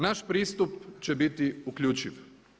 Naš pristup će biti uključiv.